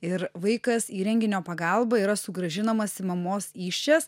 ir vaikas įrenginio pagalba yra sugrąžinamas į mamos įsčias